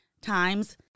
times